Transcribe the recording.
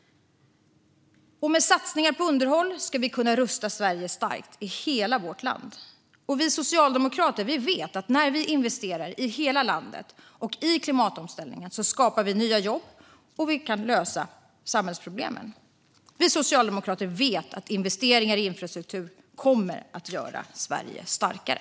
Med satsningar på underhåll ska vi kunna rusta hela Sverige starkt. Vi socialdemokrater vet att vi skapar nya jobb och kan lösa samhällsproblemen när vi investerar i hela landet och i klimatomställningen. Vi socialdemokrater vet att investeringar i infrastruktur kommer att göra Sverige starkare.